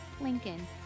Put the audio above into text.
Lincoln